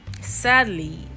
sadly